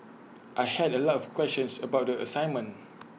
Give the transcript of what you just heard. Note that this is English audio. I had A lot of questions about the assignment